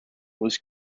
was